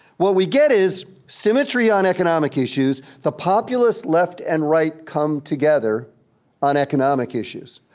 what we get is symmetry on economic issues, the populist left and right come together on economic issues.